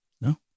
no